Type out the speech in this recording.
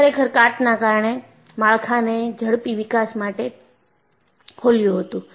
આ ખરેખર કાટના કારણે માળખાને ઝડપી વિકાસ માટે ખોલ્યું હતું